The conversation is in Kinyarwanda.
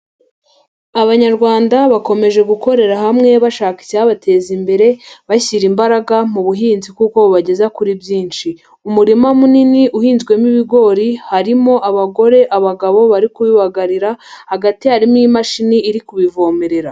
Abanyarwanda bakomeje gukorera hamwe bashaka icyabateza imbere, bashyira imbaraga mu buhinzi kuko bubageza kuri byinshi. Umurima munini uhinzwemo ibigori harimo abagore, abagabo bari kubibagarira, hagati harimo imashini iri kubivomerera.